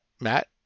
Matt